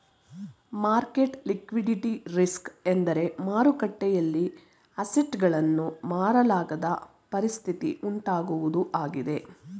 market liquidity risk ಎಂದರೆ ಮಾರುಕಟ್ಟೆಯಲ್ಲಿ assets ಗಳನ್ನು ಮಾರಲಾಗದ ಪರಿಸ್ಥಿತಿ ಉಂಟಾಗುವುದು ಆಗಿದೆ